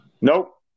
Nope